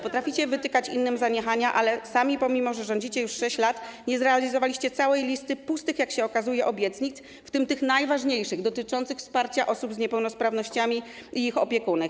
Potraficie wytykać zaniechania innym, ale sami, pomimo że rządzicie już 6 lat, nie zrealizowaliście całej listy pustych, jak się okazuje, obietnic, w tym tych najważniejszych, dotyczących wsparcia osób z niepełnosprawnościami i ich opiekunek.